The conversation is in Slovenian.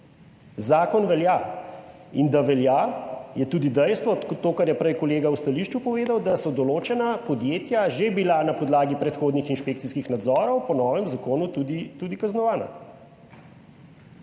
zakon velja. In da velja, je tudi dejstvo, to kar je prej kolega v stališču povedal, da so določena podjetja že bila na podlagi predhodnih inšpekcijskih nadzorov po novem zakonu tudi kaznovana.